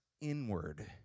inward